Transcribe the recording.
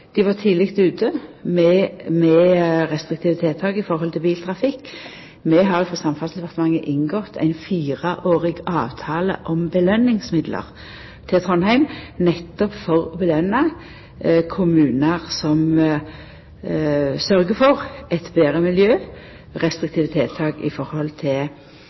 Dei var tidleg ute med restriktive tiltak for biltrafikken. Vi frå Samferdselsdepartementet har inngått ein fireårig avtale om påskjøningsmidlar til Trondheim, nettopp for å løna kommunar som sørgjer for eit betre miljø og restriktive tiltak når det gjeld biltrafikken. Det handlar om både helse, miljø og framkomst. Til